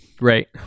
Right